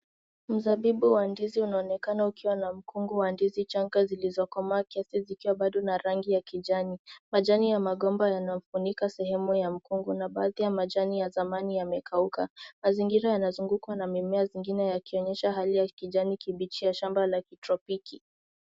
Mzabibu wa ndizi unaonekana ukiwa na mkungu wa ndizi changa zilizokomaa zikiwa bado n rangi ya kijani. Majani ya magomba yanafunika sehemu ya mkungu na majani ya zamani yamekauka. Mazingira yamezungukwa na mimea zingine yakionyesha hali ya kijani kibichi ya shamba la kitropiki.